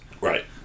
Right